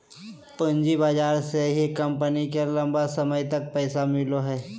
पूँजी बाजार से ही कम्पनी के लम्बा समय तक पैसा मिलो हइ